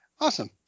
Awesome